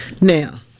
Now